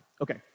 Okay